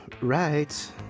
Right